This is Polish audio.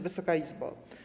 Wysoka Izbo!